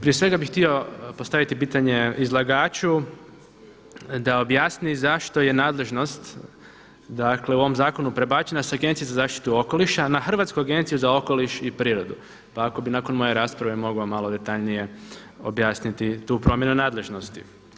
Prije svega bi htio postaviti pitanje izlagaču da objasni zašto je nadležnost u ovom zakonu prebačena sa Agencije za zaštitu okoliša na Hrvatsku agenciju za okoliš i prirodu, pa ako bi nakon moje rasprave mogao malo detaljnije objasniti tu promjenu nadležnosti.